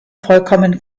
vollkommen